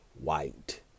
white